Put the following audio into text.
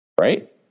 Right